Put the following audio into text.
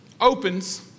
opens